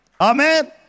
Amen